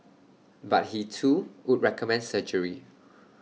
but he too would recommend surgery